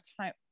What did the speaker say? time